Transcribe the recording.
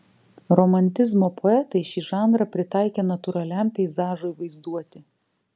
romantizmo poetai šį žanrą pritaikė natūraliam peizažui vaizduoti